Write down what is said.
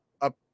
up